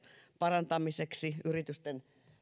parantaa kansalaisjärjestöjen tilannetta yritysten